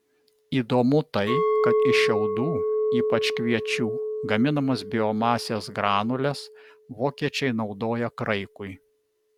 įdomu tai kad iš šiaudų ypač kviečių gaminamas biomasės granules vokiečiai naudoja kraikui